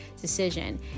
decision